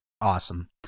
Awesome